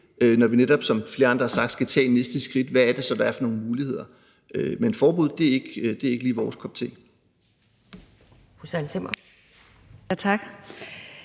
når vi netop – som flere andre har sagt – skal tage det næste skridt og se, hvad der så er af forskellige muligheder. Men et forbud er ikke lige vores kop te.